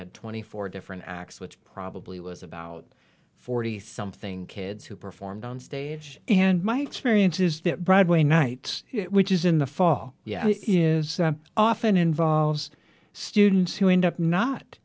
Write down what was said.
had twenty four different acts which probably was about forty something kids who performed on stage and my experience is that broadway night which is in the fall yeah is often involves students who end up not